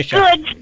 good